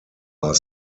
are